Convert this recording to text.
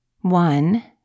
One